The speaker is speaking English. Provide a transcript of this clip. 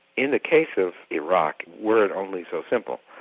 in the case of iraq, were it only so simple.